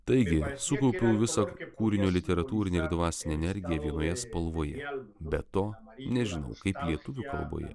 taigi sukaupiau visą kūrinio literatūrinę ir dvasinę energiją vienoje spalvoje be to nežinau kaip lietuvių kalboje